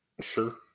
Sure